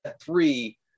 three